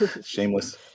Shameless